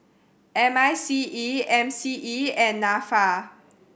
M I C E M C E and Nafa